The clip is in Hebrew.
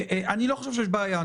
אני לא חושב שיש בעיה.